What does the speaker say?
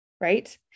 right